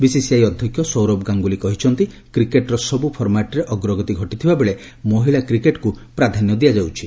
BCCI ଅଧ୍ୟକ୍ଷ ସୌରଭ ଗାଙ୍ଗୁଲି କହିଛନ୍ତି କ୍ରିକେଟ୍ର ସବୁ ଫର୍ମାଟ୍ରେ ଅଗ୍ରଗତି ଘଟିଥିବା ବେଳେ ମହିଳା କ୍ରିକେଟ୍କୁ ପ୍ରାଧାନ୍ୟ ଦିଆଯାଉଛି